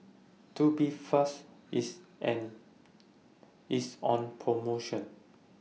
Tubifast IS An IS on promotion